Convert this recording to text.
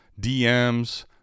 DMs